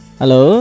Hello